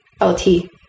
L-T